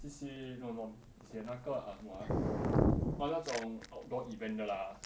C_C_A no no not C_C_A 那个什么 ah orh 那种 outdoor event 的 lah